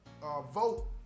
vote